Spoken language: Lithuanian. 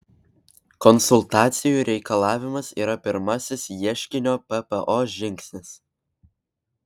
konsultacijų reikalavimas yra pirmasis ieškinio ppo žingsnis